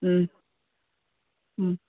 ம் ம்